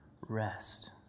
rest